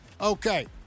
okay